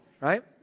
right